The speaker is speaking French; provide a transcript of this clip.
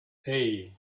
hey